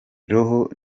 roho